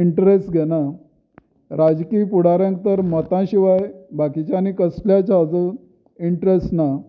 interest घेनात राजकी फुडाऱ्यांक तर मता शिवाय बाकीचे आनी कसलेय हाजो इंट्रस्ट ना